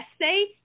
essay